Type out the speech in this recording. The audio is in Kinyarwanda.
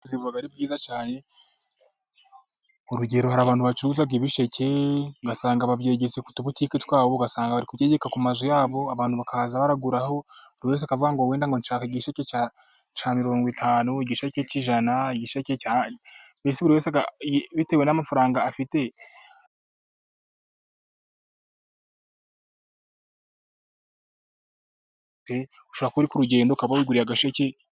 (...)urugero hari abantu bacuruza ibisheke ugasanga babyegetse, ku tubutike twabo, ku mazu yabo, abantu bakajya baraguraho buri wese akavuga ngo nshaka igisheke ca mirongo itanu, igisheke c' ijana bitewe n' amafaranga afite ushobora kuba uri k' urugendo ukaba wiguriye agasheke.